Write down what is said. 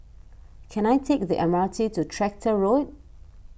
can I take the M R T to Tractor Road